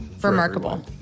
Remarkable